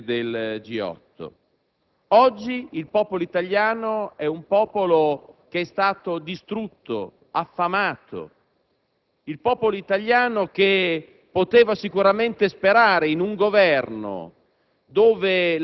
partecipe del G8. Oggi il nostro è un popolo distrutto, affamato; il popolo italiano, che poteva sicuramente sperare in un Governo